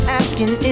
asking